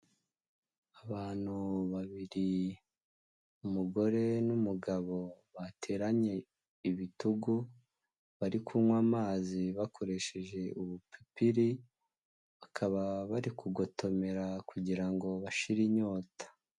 Abantu babiri umugore n'umugabo bateranye ibitugu, bari kunywa amazi bakoresheje ubupipiri, bakaba bari kugotomera kugira ngo bashire inyota.